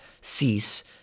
cease